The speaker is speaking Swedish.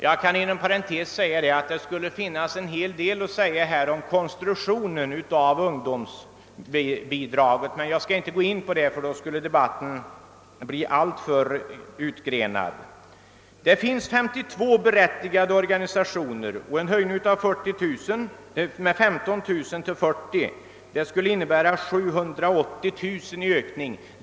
Jag kan inom parentes tillägga att det skulle finnas en hel del att säga om konstruktionen av ungdomsbidraget, men jag skall inte gå in på den saken, eftersom debatten då skulle bli alltför utgrenad. Det finns 52 bidragsberättigade organisationer, och en höjning av grundbidraget med 1535 000 till 40 000 kronor skulle innebära en ökning av anslaget med 780 000 kronor.